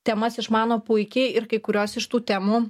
temas išmano puikiai ir kai kurios iš tų temų